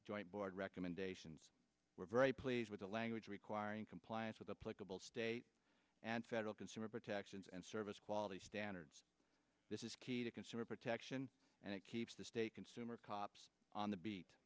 joint board recommendations we're very pleased with the language requiring compliance with the political state and federal consumer protections and service quality standards this is key to consumer protection and it keeps the state consumer cops on the beat